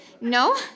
no